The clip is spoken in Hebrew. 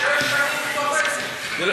שש שנים מתוך עשר.